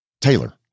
Taylor